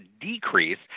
decrease